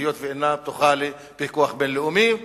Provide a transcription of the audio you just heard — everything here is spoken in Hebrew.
היות שאינה פתוחה לפיקוח בין-לאומי וכו'